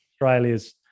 Australia's